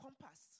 compass